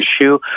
issue